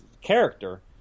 character